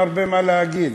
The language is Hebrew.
הרבה מה להגיד.